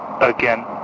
again